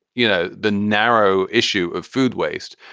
you know, the narrow issue of food waste.